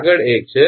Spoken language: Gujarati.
આગળ એક છે